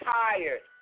tired